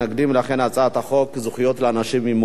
לכן הצעת חוק זכויות לאנשים עם מוגבלות